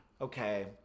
Okay